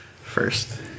first